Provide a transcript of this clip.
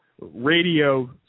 radio